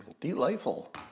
Delightful